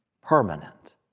permanent